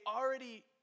already